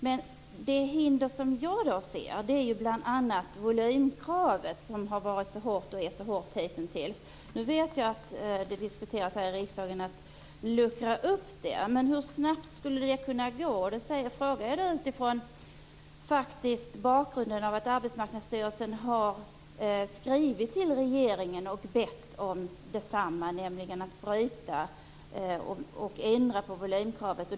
Men det hinder som jag ser är bl.a. volymkravet, som hittills har varit så hårt. Nu vet jag att det här i riksdagen diskuteras en uppluckring av volymkravet. Hur snabbt skulle det kunna ske? Jag ställer min fråga mot bakgrund av att Arbetsmarknadsstsyrelsen har skrivit till regeringen och bett om en ändring av volymkravet.